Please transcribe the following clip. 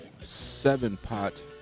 seven-pot